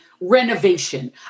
renovation